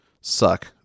suck